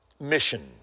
mission